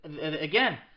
again